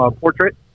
portrait